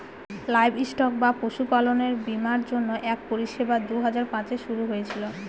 livestock বা পশুপালনের বীমার জন্য এক পরিষেবা দুই হাজার পাঁচে শুরু হয়েছিল